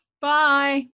Bye